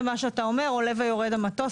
מנחתים זה מה שאתה אומר, עולה ויורד המטוס.